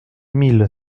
mille